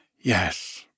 Yes